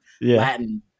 Latin